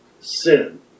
sin